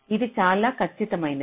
ఇది చాలా ఖచ్చితమైనది